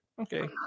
Okay